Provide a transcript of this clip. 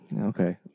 Okay